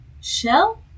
shell